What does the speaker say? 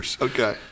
Okay